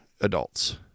adults